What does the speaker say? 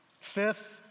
Fifth